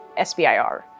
SBIR